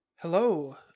hello